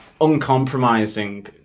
uncompromising